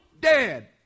dead